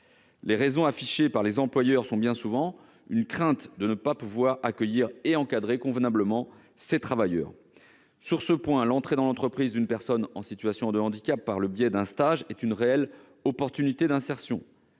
La raison affichée par les employeurs est bien souvent la crainte de ne pas pouvoir accueillir et encadrer convenablement ces travailleurs. L'entrée dans l'entreprise d'une personne en situation de handicap par le biais d'un stage est une réelle opportunité d'insertion.